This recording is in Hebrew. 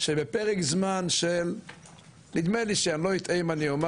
שבפרק זמן של נדמה לי שאני לא אטעה אם אני אומר,